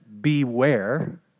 beware